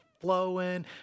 flowing